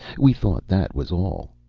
we thought that was all.